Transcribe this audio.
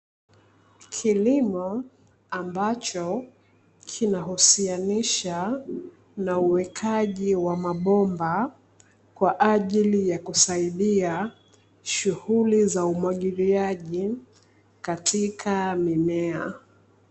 Kilimo ambacho kinahusianisha na uwekaji wa mabomba kwa ajili ya kusaidia shughuli za umwagiliaji katika mimea.